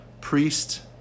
priest